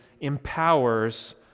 empowers